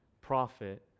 prophet